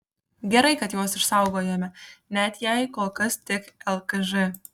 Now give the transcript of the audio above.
gerai kad juos išsaugojome net jei kol kas tik lkž